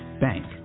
Bank